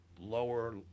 lower